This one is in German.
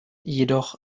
jedoch